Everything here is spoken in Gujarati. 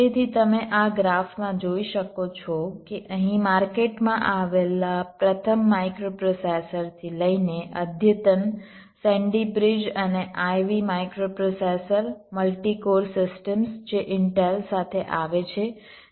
તેથી તમે આ ગ્રાફ માં જોઈ શકો છો કે અહીં માર્કેટમાં આવેલા પ્રથમ માઈક્રોપ્રોસેસરથી લઈને અદ્યતન સેન્ડી બ્રિજ અને Ivy Refer Time 1320 microprocessor multi core systems જે ઈન્ટેલ સાથે આવે છે